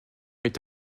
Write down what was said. est